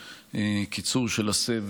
קיצור של הזמנים,